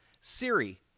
Siri